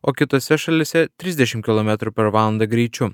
o kitose šalyse trisdešimt kilometrų per valandą greičiu